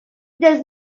does